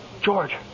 George